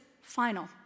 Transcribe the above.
final